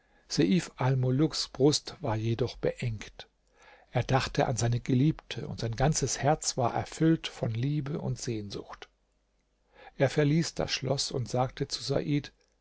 brust war jedoch beengt er dachte an seine geliebte und sein ganzes herz war erfüllt von liebe und sehnsucht er verließ das schloß und sagte zu said